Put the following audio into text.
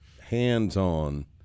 hands-on